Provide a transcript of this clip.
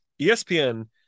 ESPN